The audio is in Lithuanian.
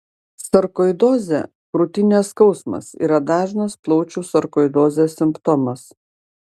sarkoidozė krūtinės skausmas yra dažnas plaučių sarkoidozės simptomas